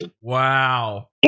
Wow